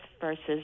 versus